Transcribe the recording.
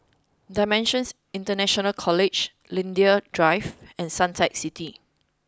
Dimensions International College Linden Drive and Suntec City